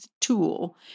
tool